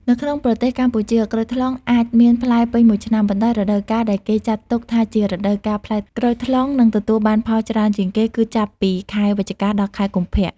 នៅក្នុងប្រទេសកម្ពុជា ក្រូចថ្លុងអាចមានផ្លែពេញមួយឆ្នាំ ប៉ុន្តែរដូវកាលដែលគេចាត់ទុកថាជារដូវកាលផ្លែក្រូចថ្លុង និងទទួលបានផលច្រើនជាងគេគឺចាប់ពីខែ វិច្ឆិកា ដល់ខែកុម្ភៈ។